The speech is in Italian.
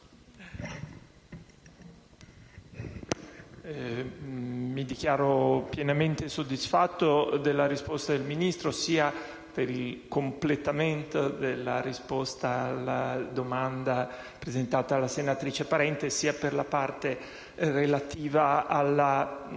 Mi dichiaro pienamente soddisfatto della risposta del Ministro, sia per il completamento della risposta alla domanda presentata dalla senatrice Parenti, sia per la parte relativa